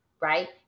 right